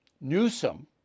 Newsom